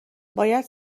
باید